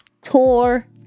Tour